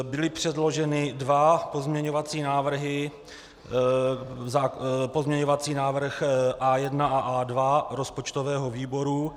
Byly předloženy dva pozměňovací návrhy pozměňovací návrh A1 a A2 rozpočtového výboru.